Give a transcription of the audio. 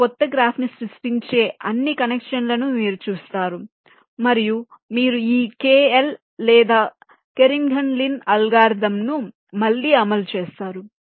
మీరు కొత్త గ్రాఫ్ను సృష్టించే అన్ని కనెక్షన్లను మీరు చేస్తారు మరియు మీరు ఈ KL లేదా కెర్నిఘన్ లిన్ అల్గారిథమ్ను మళ్లీ అమలు చేస్తారు